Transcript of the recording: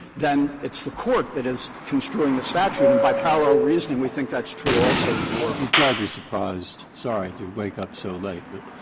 then it's the court that is construing the statute. and by parallel reasoning, we think that's true also for breyer i'm rather surprised sorry to wake up so late. but